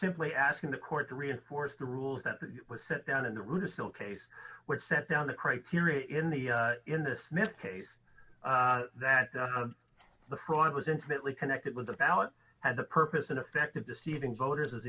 simply asking the court to reinforce the rules that were set down in the router still case when sent down the criteria in the in the smith case that the fraud was intimately connected with the ballot and the purpose in effect of deceiving voters is